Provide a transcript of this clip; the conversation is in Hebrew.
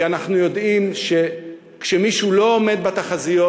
כי אנחנו יודעים שכשמישהו לא עומד בתחזיות